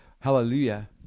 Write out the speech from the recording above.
Hallelujah